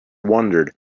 wondered